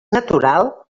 natural